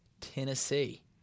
Tennessee